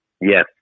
Yes